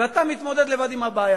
ואתה מתמודד לבד עם הבעיה.